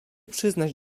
przyznać